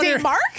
Mark